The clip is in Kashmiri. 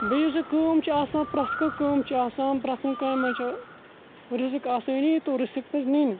بیٚیہِ یُس یہِ کٲم چھِ آسان پرٮ۪تھ کانٛہہ کٲم چھِ آسان پرٮ۪تھ کُنہِ کامہِ منٛز چھِ رِسِک آسٲنی تہٕ رِسِک پَزِ نِنۍ